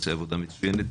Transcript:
שתעשה עבודה מצוינת.